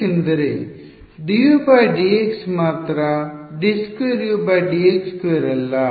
ಏಕೆಂದರೆ dudx ಮಾತ್ರ d2udx2 ಅಲ್ಲ